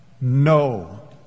no